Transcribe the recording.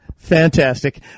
fantastic